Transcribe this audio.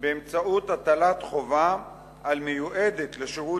באמצעות הטלת חובה על מיועדת לשירות